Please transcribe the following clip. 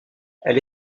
elle